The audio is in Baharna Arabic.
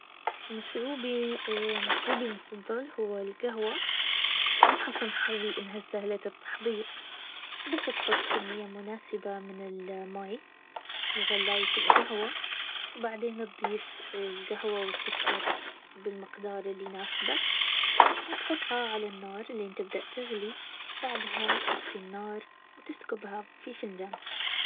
مشروبي - مشروبي المفضل هو القهوة من حسن حظي انها سهلة التحضير بس تحط كمية مناسبة من المي في غلاية القهوة وبعدين نضيف القهوة والسكر بالمقدار اللي يناسبك وتحطها على النار لين تبدأ تغلي بعدها تطفي النار وتسكبها في فنجان